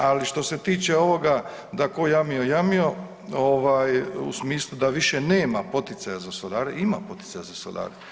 Ali što se tiče ovoga da „ko je jamio jamio“ ovaj u smislu da više nema poticaja za solare, ima poticaja za solare.